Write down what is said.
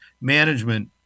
management